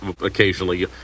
occasionally